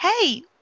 Hey